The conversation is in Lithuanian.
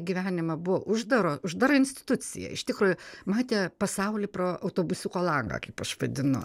gyvenimą buvo uždaro uždara institucija iš tikrųjų matė pasaulį pro autobusiuko langą kaip aš vadinu